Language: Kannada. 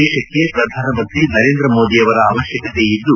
ದೇಶಕ್ಕೆ ಪ್ರಧಾನಿ ನರೇಂದ್ರ ಮೋದಿಯವರ ಅವಶ್ಯಕತೆ ಇದ್ದು